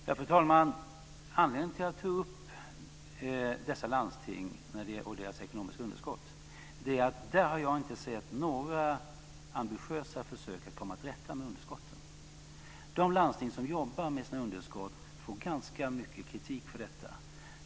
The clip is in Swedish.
Fru talman! Anledningen till att jag tog upp dessa landsting och deras ekonomiska underskott är att jag där inte har sett några ambitiösa försök att komma till rätta med underskotten. De landsting som jobbar med sina underskott får ganska mycket kritik för detta.